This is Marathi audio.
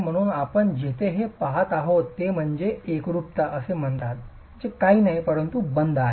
म्हणून आपण येथे जे पहात आहोत ते म्हणजे एकरूपता असे म्हणतात जे काही नाही परंतु बंध आहे